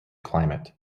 climate